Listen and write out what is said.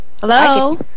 hello